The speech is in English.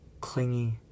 clingy